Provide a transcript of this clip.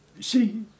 See